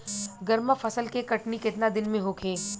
गर्मा फसल के कटनी केतना दिन में होखे?